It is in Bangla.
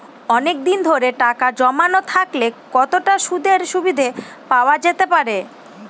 অনেকদিন ধরে টাকা জমানো থাকলে কতটা সুদের সুবিধে পাওয়া যেতে পারে?